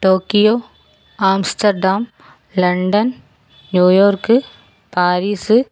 Tokyo Amsterdam London New York Paris